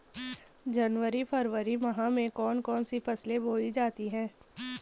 जनवरी फरवरी माह में कौन कौन सी फसलें बोई जाती हैं?